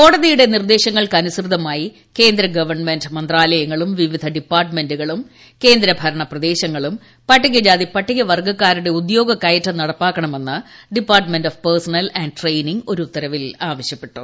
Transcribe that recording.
കോടതിയുടെ നിർദ്ദേശങ്ങൾക്കനുസൃതമായി കേന്ദ്ര ഗവൺമെന്റും മന്ത്രാലയങ്ങളും ഡിപ്പാർട്ട്മെന്റുകളും കേന്ദ്ര ഭരണപ്രദേശങ്ങളും പട്ടികജാതി പട്ടികവർഗ്ഗക്കാരുടെ ഉദ്യോഗകയറ്റം നടപ്പാക്കണമെന്ന് department of personnel and training ഒരു ഉത്തരവിൽ ആവശ്യപ്പെട്ടു